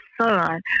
son